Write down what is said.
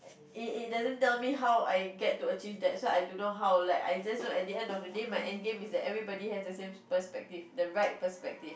it it doesn't tell me how I get to achieve that so I don't know how like I just know that at the end of the day my end game is that everybody has the same perspective the right perspective